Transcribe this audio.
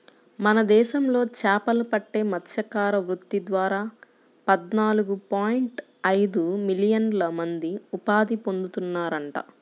మన దేశంలో చేపలు పట్టే మత్స్యకార వృత్తి ద్వారా పద్నాలుగు పాయింట్ ఐదు మిలియన్ల మంది ఉపాధి పొందుతున్నారంట